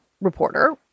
reporter